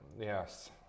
Yes